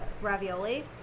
ravioli